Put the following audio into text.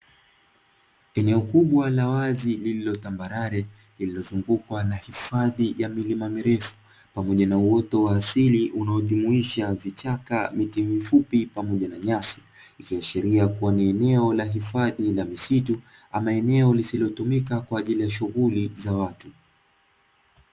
Eneo kubwa la wazi lililo tambarare; lililozungukwa na hifadhi ya milima mirefu pamoja na uoto wa asili unaojumuisha vichaka, miti mifupi pamoja na nyasi. Ikiashiria kuwa ni eneo la hifadhi la misitu ama eneo lisilotumika kwa ajili ya shughuli za watu.